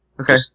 Okay